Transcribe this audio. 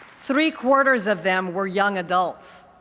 three-quarters of them were young adults,